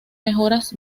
mejoras